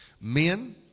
Men